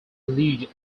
alleged